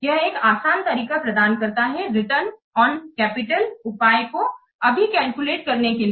यह एक आसान तरीका प्रदान करता है रिटर्न ऑन कैपिटल उपाय को अभी कैलकुलेट करने के लिए